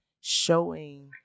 showing